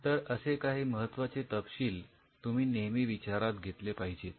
तर असे काही महत्त्वाचे तपशील तुम्ही नेहमी विचारात घेतले पाहिजेत